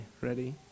ready